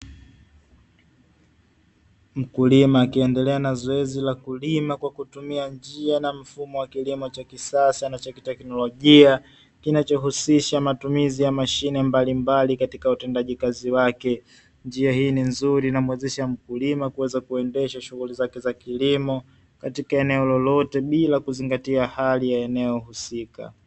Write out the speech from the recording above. Mkulima akiendelea na zoezi la kulima kwa kutumia njia na mfumo wa kilimo cha kisasa na cha kiteknolojia, kinachohusisha matumizi ya mashine mbalimbali katika utendaji kazi wake. Njia hii ni nzuri inamwezesha mkulima kuweza kuendesha shughuli zake za kilimo, katika eneo lolote bila kuzingatia hali ya eneo husika.